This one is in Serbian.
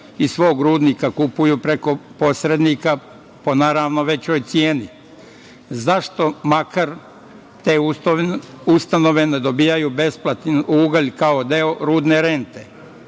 iz svog rudnika kupuju preko posrednika, naravno po većoj ceni.Zašto makar te ustanove ne dobijaju besplatan ugalj, kao deo rudne rente? Treće